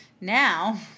Now